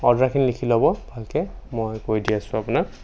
অৰ্ডাৰখিনি লিখি ল'ব ভালকৈ মই কৈ দি আছোঁ আপোনাক